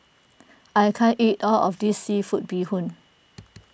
I can't eat all of this Seafood Bee Hoon